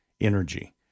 Energy